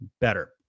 better